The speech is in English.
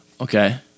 Okay